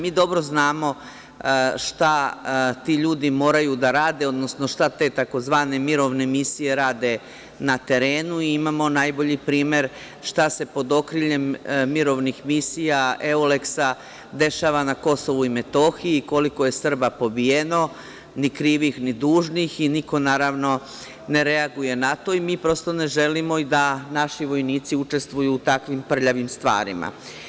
Mi dobro znamo šta ti ljudi moraju da rade, odnosno šta te tzv. mirovne misije rade na terenu i imamo najbolji primer šta se pod okriljem mirovnih misija Euleksa dešava na Kosovu i Metohiji i koliko je Srba pobijeno ni krivih ni dužnih, i niko naravno ne reaguje na to, i mi prosto ne želimo da naši vojnici učestvuju u takvim prljavim stvarima.